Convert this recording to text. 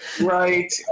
Right